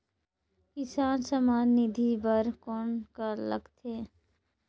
किसान सम्मान निधि बर कौन का लगथे?